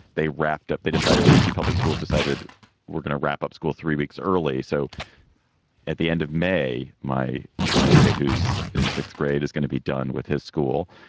they wrapped up, they decided d c. public schools decided we're going to wrap up school three weeks early. so at the end of may, my my kid who's in sixth grade is going to be done with his school.